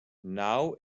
now